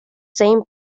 same